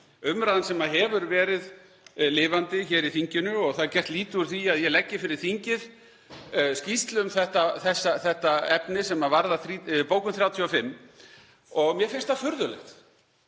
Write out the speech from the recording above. Umræðan hefur verið lifandi hér í þinginu. Það er gert lítið úr því að ég leggi fyrir þingið skýrslu um þetta efni sem varðar bókun 35 og mér finnst það furðulegt.